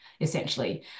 essentially